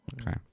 Okay